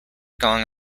going